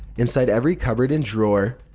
inside every cupboard and drawer,